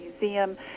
Museum